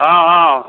ହଁ ହଁ